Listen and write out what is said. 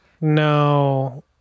no